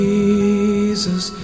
Jesus